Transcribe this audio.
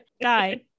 Die